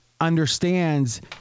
understands